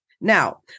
Now